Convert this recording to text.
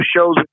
shows